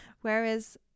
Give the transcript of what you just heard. Whereas